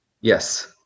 Yes